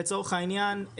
לצורך העניין,